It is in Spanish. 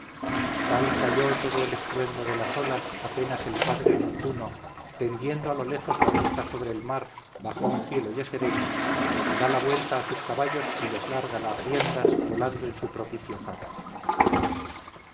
tal calló todo el estruendo de las olas apenas el padre neptuno tendiendo a lo lejos la vista sobre el mar bajo un cielo ya sereno da la vuelta a sus caballos y les larga las riendas volando en su propicio carro